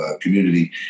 community